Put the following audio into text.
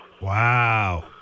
Wow